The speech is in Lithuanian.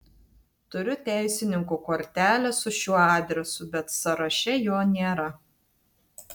turiu teisininko kortelę su šiuo adresu bet sąraše jo nėra